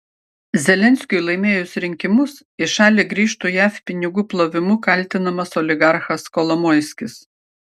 zelenskiui laimėjus rinkimus į šalį grįžtų jav pinigų plovimu kaltinamas oligarchas kolomoiskis